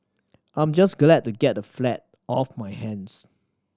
I'm just glad to get the flat off my hands